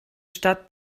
stadt